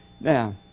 Now